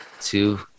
Two